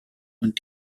und